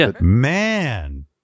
Man